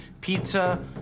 Pizza